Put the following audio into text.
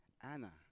Anna